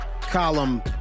column